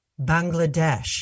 Bangladesh